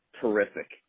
terrific